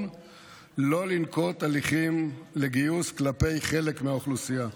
לא לנקוט הליכים לגיוס כלפי חלק מהאוכלוסייה,